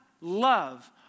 love